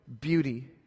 beauty